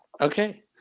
Okay